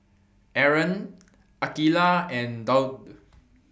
Aaron Aqeelah and Daud